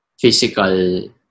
physical